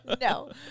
No